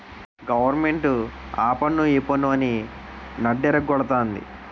government ఆపన్ను ఈపన్ను అని నడ్డిరగ గొడతంది